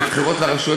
ובחירות לרשויות